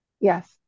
Yes